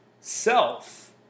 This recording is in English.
self